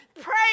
pray